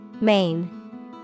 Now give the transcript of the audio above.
Main